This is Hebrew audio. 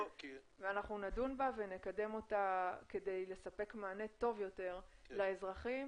אנחנו נדון בה ונקדם אותה כדי לספק מענה טוב יותר לאזרחים